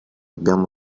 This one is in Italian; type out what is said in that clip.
abbiamo